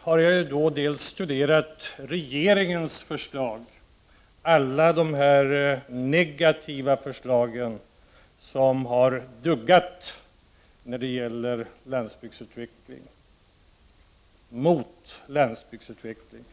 har jag studerat regeringens förslag — alla de negativa förslag som har duggat när det gäller landsbygdsutvecklingen, mot landsbygdsutvecklingen.